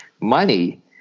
Money